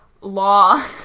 law